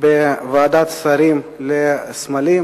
בוועדת שרים לסמלים,